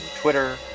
Twitter